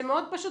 זה מאוד פשוט.